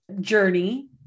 journey